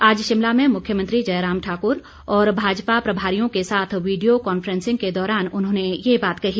आज शिमला में मुख्यमंत्री जयराम ठाकुर और भाजपा प्रभारियों को साथ वीडियो कॉनफ्रेंसिंग के दौरान उन्होंने ये बात कही